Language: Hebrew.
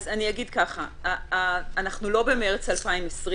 אנחנו לא במרץ 2020,